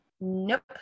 Nope